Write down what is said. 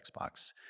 Xbox